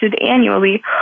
annually